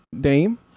Dame